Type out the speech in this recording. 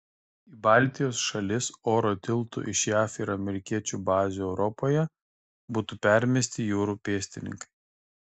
į baltijos šalis oro tiltu iš jav ir amerikiečių bazių europoje būtų permesti jūrų pėstininkai